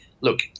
look